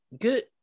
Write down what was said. good